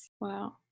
Wow